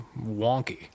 wonky